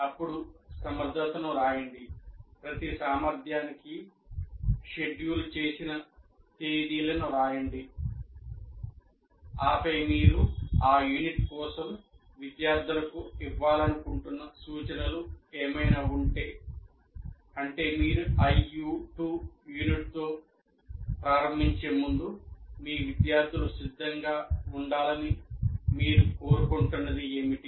అప్పుడు సమర్ధతను రాయండి ప్రతి సామర్థ్యానికి షెడ్యూల్ చేసిన తేదీలను రాయండి ఆపై మీరు ఆ యూనిట్ కోసం విద్యార్థులకు ఇవ్వాలనుకుంటున్న సూచనలు ఏమైనా ఉంటే అంటే మీరు IU2 యూనిట్తో ప్రారంభించే ముందు మీ విద్యార్థులు సిద్ధంగా ఉండాలని మీరు కోరుకుంటున్నది ఏమిటి